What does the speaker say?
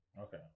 Okay